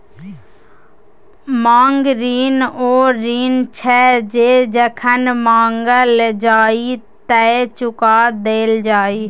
मांग ऋण ओ ऋण छै जे जखन माँगल जाइ तए चुका देल जाय